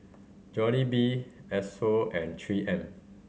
Jollibee Esso and Three M